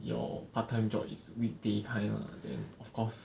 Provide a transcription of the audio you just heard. your part time job is week day kind lah then of course